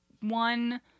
one